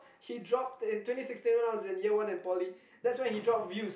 he dropped in twenty sixteen when I was in year one in poly that's when he dropped views